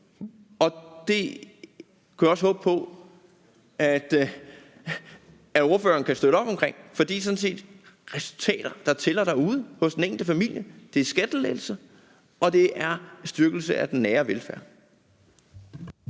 og det kunne jeg også håbe på at ordføreren kan støtte op om, for det er sådan set resultater, der tæller derude hos den enkelte familie: Det er skattelettelser, og det er en styrkelse af den nære velfærd.